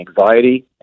anxiety